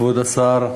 כבוד השר,